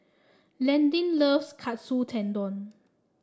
Landyn loves Katsu Tendon